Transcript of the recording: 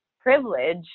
privilege